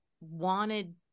wanted